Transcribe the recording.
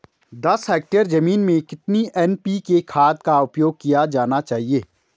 दस हेक्टेयर जमीन में कितनी एन.पी.के खाद का उपयोग किया जाना चाहिए?